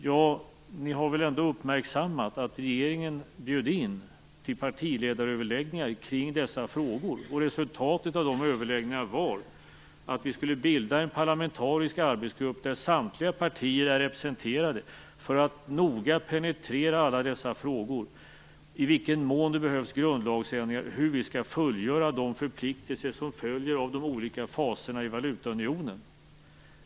Men ni har väl ändå uppmärksammat att regeringen bjöd in till partiledaröverläggningar i dessa frågor. Resultatet av de överläggningarna var ju att vi skulle bilda en parlamentarisk arbetsgrupp med samtliga partier representerade för att noga penetrera alla dessa frågor. Det handlar alltså om i vilken mån det behövs grundslagsändringar och om hur vi skall fullgöra de förpliktelser som följer av de olika faserna i valutaunionen.